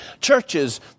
churches